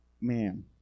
Man